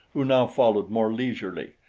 who now followed more leisurely,